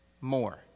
more